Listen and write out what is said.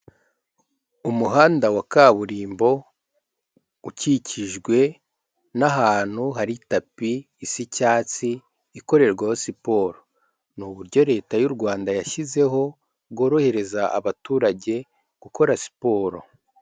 Umuhanda wa kaburimbo ukikijwe n' ahantu hari tapi isa icyatsi ikorerwaho siporo, ni uburyo Leta y'u Rwanda yashyizeho bworohereza abaturage gukora siporo.